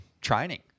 training